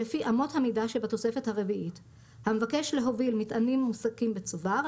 לפי אמות המידה שבתוספת הרביעית; המבקש להוביל מטענים מוצקים בצובר,